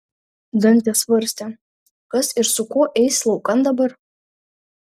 dantė svarstė kas ir su kuo eis laukan dabar